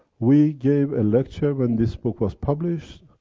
we gave a lecture when this book was published,